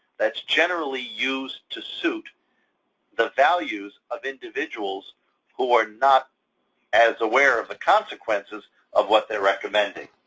that's generally used to suit the values of individuals who are not as aware of the consequences of what they're recommending.